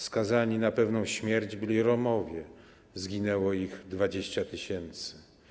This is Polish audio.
Skazani na pewną śmierć byli Romowie, zginęło ich 20 tys.